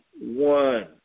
one